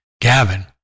Gavin